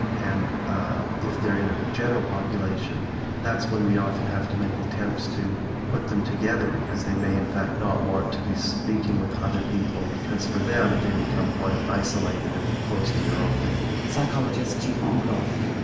and ah if they are in a general population that's when we often have to make attempts to put them together, because they may in fact not want to be speaking with other people because for them they become quite isolated and closed in their own thinking. psychologist jim ogloff.